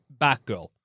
Batgirl